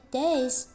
days